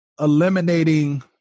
eliminating